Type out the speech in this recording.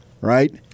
right